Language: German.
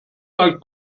mal